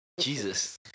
Jesus